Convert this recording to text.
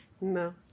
No